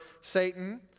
Satan